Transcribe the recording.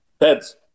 Heads